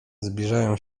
zbliżają